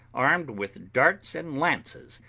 armed with darts and lances,